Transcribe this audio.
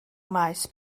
maes